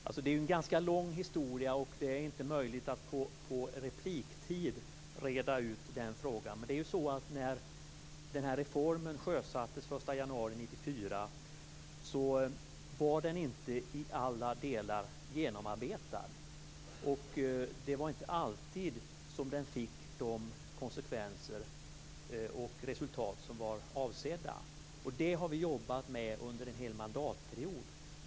Fru talman! Det är en ganska lång historia, och det är inte möjligt att på repliktid reda ut den frågan. Men när denna reform sjösattes den 1 januari 1994 var den inte i alla delar genomarbetad. Den fick inte alltid de konsekvenser och resultat som var avsedda. Detta har vi arbetat med under en hel mandatperiod.